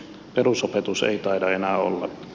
perusopetus ei taida enää olla